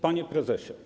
Panie Prezesie!